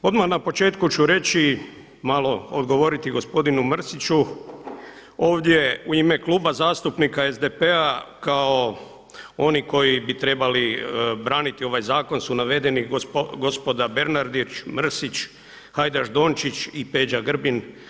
Odmah na početku ću reći malo odgovoriti gospodinu Mrsiću, ovdje u ime Kluba zastupnika SDP-a kao oni koji bi trebali braniti ovaj zakonu su navedeni gospoda Bernardić, Mrsić, Hajdaš Dončić i Peđa Grbin.